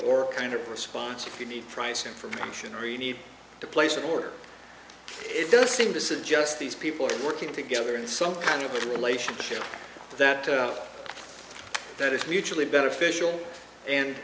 or kind of response if you need price information or you need to place an order it does seem to suggest these people are working together in some kind of a relationship that that is mutually beneficial and